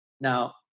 Now